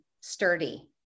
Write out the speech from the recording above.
sturdy